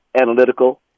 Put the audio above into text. Analytical